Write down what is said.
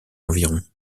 environs